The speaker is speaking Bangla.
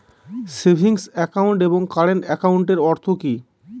সেভিংস একাউন্ট এবং কারেন্ট একাউন্টের অর্থ কি?